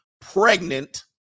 pregnant